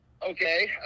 Okay